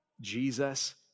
Jesus